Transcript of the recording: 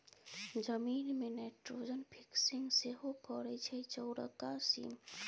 जमीन मे nitrogen fixing सेहो करय छै चौरका सीम